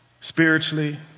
spiritually